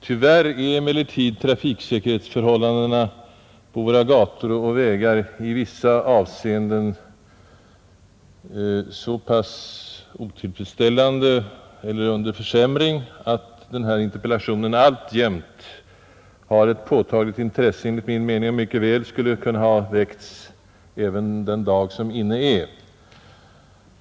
Tyvärr är emellertid trafiksäkerhetsförhållandena på våra gator och vägar i vissa avseenden så otillfredsställande eller stadda i sådan försämring att den här interpellationen alltjämt har ett påtagligt intresse och enligt min mening mycket väl kunde ha väckts även den dag som inne är.